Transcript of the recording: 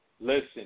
listen